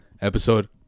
episode